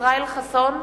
ישראל חסון,